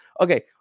Okay